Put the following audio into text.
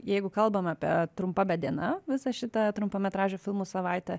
jeigu kalbam apie trumpa bet diena visą šitą trumpametražių filmų savaitę